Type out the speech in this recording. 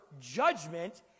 judgment